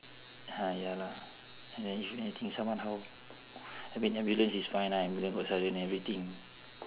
ha ya lah someone how I mean ambulance is fine lah ambulance got siren everything